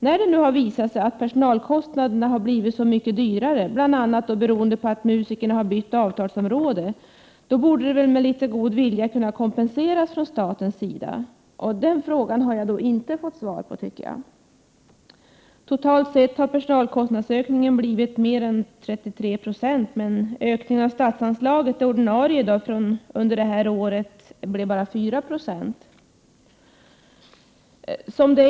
När det nu har visat sig att personalkostnaderna har blivit så mycket högre — beroende bl.a. på att musikerna har bytt avtalsområde — borde väl staten med litet god vilja kunna kompensera detta? Jag tycker inte att jag har fått något svar på den frågan. Sammantaget har personalkostnadsökningen uppgått till mer än 33 26, medan ökningen av det ordinarie statsanslaget för innevarande år bara blev 4 90.